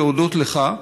להודות לך.